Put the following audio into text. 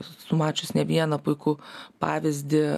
esu mačius ne vieną puikų pavyzdį